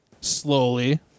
Slowly